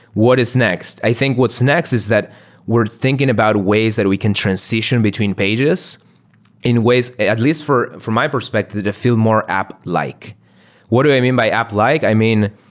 what is next? i think what's next is that we're thinking about ways that we can transition between pages in ways at least for for my perspective, to feel more app-like. like what do i mean by app-like? i mean,